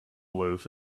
loaf